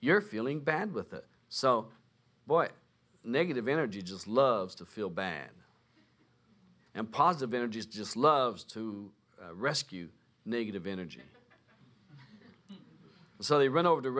you're feeling bad with it so boy negative energy just loves to feel bad and positive energies just loves to rescue negative energy so they run over t